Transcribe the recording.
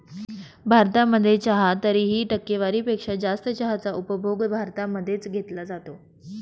भारतामध्ये चहा तरीही, टक्केवारी पेक्षा जास्त चहाचा उपभोग भारतामध्ये च घेतला जातो